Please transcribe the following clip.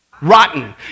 rotten